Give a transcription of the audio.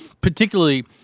particularly